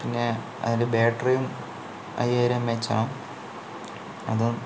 പിന്നെ അതിൻ്റെ ബാറ്ററിയും അയ്യായിരം എം എച് ആണ് അതും